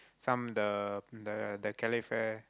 some the the calafate